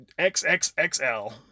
XXXL